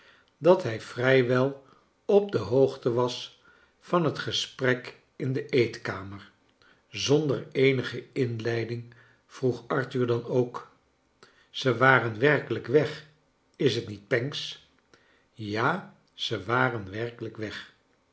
dat hij vrij wel op he hoogte was van het gesprek in de eetkamer zonder eenige inleiding vroeg arthur dan ook ze waren werkelijk weg is t niet pancks ja ze waren werkelijk weg